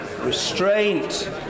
Restraint